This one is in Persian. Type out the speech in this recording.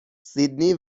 سیدنی